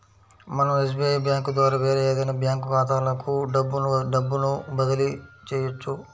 మనం SBI bank ద్వారా వేరే ఏదైనా బ్యాంక్ ఖాతాలకు డబ్బును డబ్బును బదిలీ చెయ్యొచ్చు